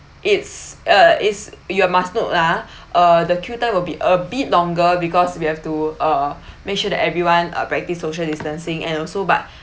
it's uh it's you all must note ah uh the queue there will be a bit longer because we have to uh make sure that everyone uh practise social distancing and also but